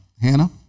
Hannah